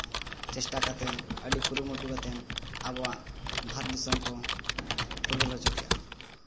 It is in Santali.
ᱪᱮᱥᱴᱟ ᱠᱟᱛᱮᱫ ᱟᱹᱰᱤ ᱠᱩᱨᱩᱢᱩᱴᱩ ᱠᱟᱛᱮᱫ ᱟᱵᱚᱣᱟᱜ ᱵᱷᱟᱨᱚᱛ ᱫᱤᱥᱚᱢ ᱠᱚ ᱯᱷᱩᱨᱜᱟᱹᱞ ᱦᱚᱪᱚ ᱠᱮᱫᱼᱟ